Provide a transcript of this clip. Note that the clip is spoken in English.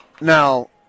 Now